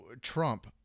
Trump